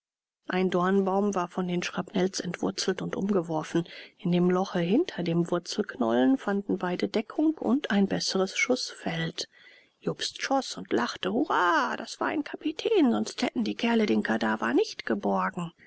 ein dornbaum war von den schrapnells entwurzelt und umgeworfen in dem loche hinter dem wurzelknollen fanden beide deckung und ein besseres schußfeld jobst schoß und lachte hurra das war ein kapitän sonst hätten die kerle den kadaver nicht geborgen